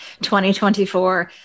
2024